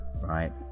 right